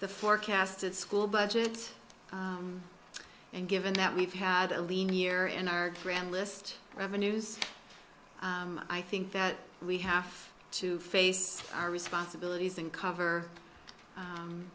the forecasted school budget and given that we've had a lean year in our grand list revenues i think that we have to face our responsibilities and cover